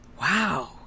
Wow